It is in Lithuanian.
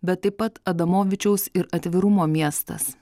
bet taip pat adamovičiaus ir atvirumo miestas